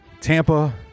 Tampa